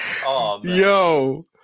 Yo